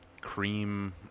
cream